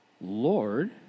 Lord